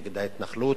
נגד ההתנחלות.